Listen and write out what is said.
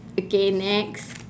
okay next